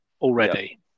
already